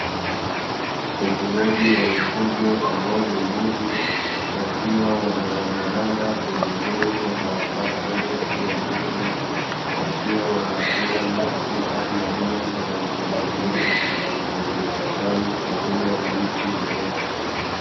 Ufugaji wa mifugo ambao ni mbuzi wakiwa wanarandaranda pembezoni mwa barabara refu ya vumbi, wakiwa wanakula nyasi au majani ya rangi ya kijani yaliyostawi pamoja na miti mirefu.